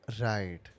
Right